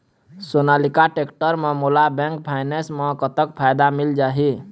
Sonalika tractor म मोला bank finance म कतक फायदा मिल जाही?